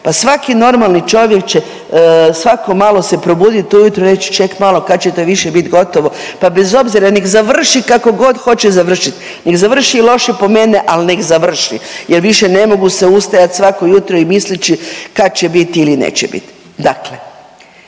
pa svaki normalni čovjek će svako malo se probudit ujutro i reći ček malo kad će to više biti gotovo pa bez obzira nek završi kako god hoće završiti, nek završi i loše po mene, ali nek završi jer više ne mogu se ustajat svako jutro i misleći kad će biti ili neće biti. Dakle,